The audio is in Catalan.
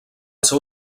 seu